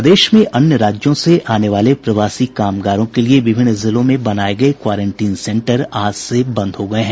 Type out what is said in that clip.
प्रदेश में अन्य राज्यों से आने वाले प्रवासी कामगारों के लिए विभिन्न जिलों में बनाए गए क्वारेंटीन सेंटर आज से बंद हो गये हैं